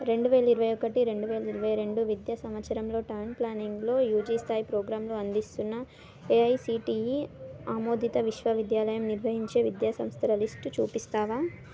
రెండు వేల ఇరవై ఒకటి రెండు వేల ఇరవై రెండు విద్యా సంవత్సరంలో టౌన్ ప్లానింగ్లో యూజీ స్థాయి ప్రోగ్రాంలు అందిస్తున్న ఏఐసిటిఈ ఆమోదిత విశ్వవిద్యాలయం నిర్వహించే విద్యా సంస్థల లిస్టు చూపిస్తావా